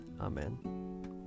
Amen